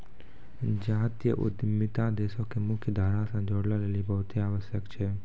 जातीय उद्यमिता देशो के मुख्य धारा से जोड़ै लेली बहुते आवश्यक छै